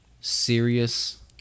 serious